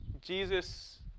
Jesus